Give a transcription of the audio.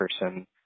person